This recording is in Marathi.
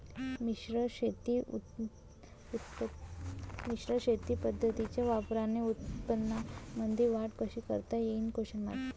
मिश्र शेती पद्धतीच्या वापराने उत्पन्नामंदी वाढ कशी करता येईन?